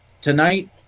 tonight